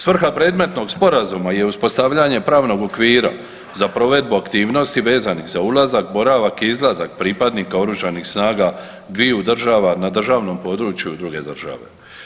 Svrha predmetnog Sporazuma je uspostavljanje pravnog okvira za provedbu aktivnosti vezanih za ulazak, boravak i izlazak pripadnika OS-a dviju država na državnom području druge države.